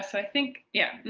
i think. yeah.